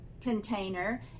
container